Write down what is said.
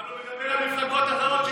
אבל הוא מדבר על מפלגות אחרות.